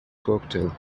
cocktail